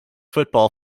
football